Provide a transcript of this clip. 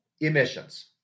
emissions